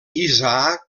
isaac